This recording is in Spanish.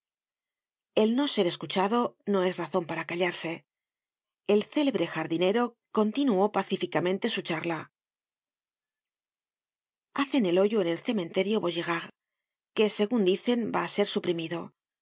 el no ser escuchado no es razon para callarse el célebre jardinero continuó pacíficamente su charla hacen el hoyo en el cementerio vaugirard que segun dicen va á ser suprimido